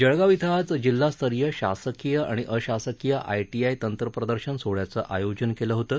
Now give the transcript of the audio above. जळगाव छे आज जिल्हास्तरीय शासकीय आणि अशासकीय आयटीआय तंत्रप्रदर्शन सोहळ्याचं आयोजन केलं होतं